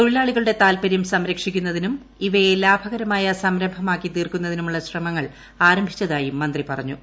തൊഴിലാളികളുടെ താൽപരൃം സംരക്ഷിക്കുന്നതിനും ഇവയെ ല്ലാഭ്കരമായ സംരംഭമാക്കി തീർക്കുന്നതിനും ഉള്ള ശ്രമങ്ങൾ ആർംഭിച്ചതായും മന്ത്രി പറഞ്ഞു